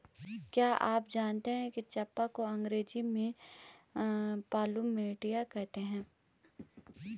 क्या आप जानते है चम्पा को अंग्रेजी में प्लूमेरिया कहते हैं?